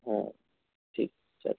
हो ठीक चालेल